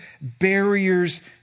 barriers